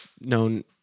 known